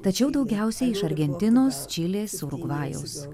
tačiau daugiausiai iš argentinos čilės urugvajaus